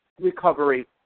recovery